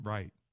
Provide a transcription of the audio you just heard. Right